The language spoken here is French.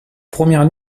première